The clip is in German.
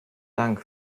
dank